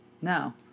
No